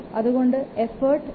അതുകൊണ്ട് എഫോർട്ട് 2